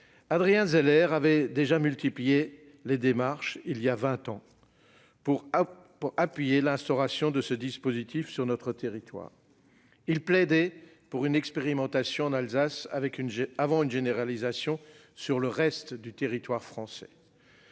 Adrien Zeller avait déjà multiplié les démarches voilà vingt ans pour appuyer l'instauration d'un tel dispositif sur notre territoire. Il plaidait pour une expérimentation en Alsace, avant une généralisation dans le reste du pays.